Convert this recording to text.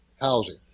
Housing